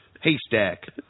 Haystack